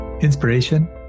inspiration